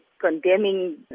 condemning